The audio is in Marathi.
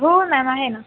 हो मॅम आहे ना